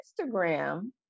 Instagram